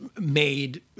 made